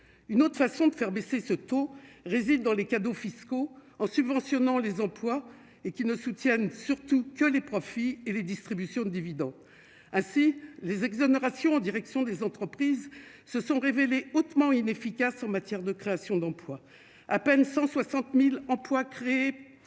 une autre façon de faire baisser ce taux réside dans les cadeaux fiscaux en subventionnant les employes et qui ne soutiennent surtout que les profits et les distributions de dividendes assis les exonérations en direction des entreprises se sont révélées hautement inefficace en matière de création d'emplois, à peine 160000 emplois créés,